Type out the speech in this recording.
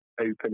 open